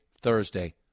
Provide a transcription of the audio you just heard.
Thursday